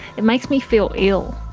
it makes me feel ill.